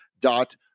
dot